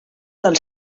del